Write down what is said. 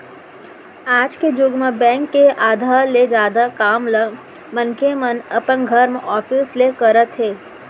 आज के जुग म बेंक के आधा ले जादा काम ल मनखे मन अपन घर, ऑफिस ले करत हे